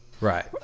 Right